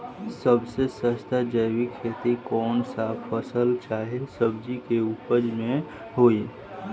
सबसे सस्ता जैविक खेती कौन सा फसल चाहे सब्जी के उपज मे होई?